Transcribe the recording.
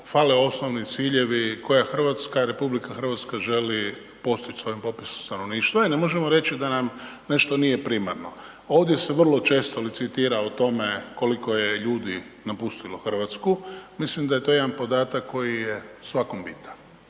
fale osnovni ciljevi koje RH želi postići sa ovim popisom stanovništva i ne možemo reći da nam nešto nije primarno. Ovdje se vrlo često licitira o tome koliko je ljudi napustilo Hrvatsku, mislim da je to jedan podatak koji je svakom bitan